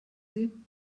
sie